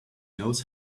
knows